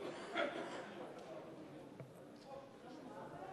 אני כן מאמין בהסכמה, אבל הבעיה